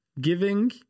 Giving